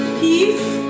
peace